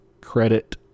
credit